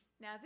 Now